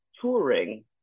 touring